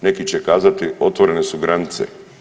Neki će kazati otvorene su granice.